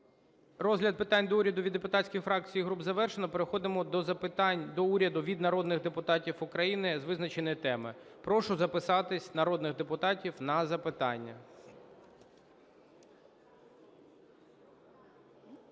Розгляд питань до уряду від депутатських фракцій і груп завершено. Переходимо до запитань до уряду від народних депутатів України з визначеної теми. Прошу записатись народних депутатів на запитання.